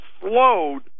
slowed